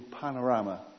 panorama